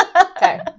Okay